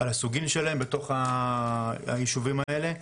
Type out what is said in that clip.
על הסוגים שלהן בתוך הישובים האלה.